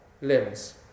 limbs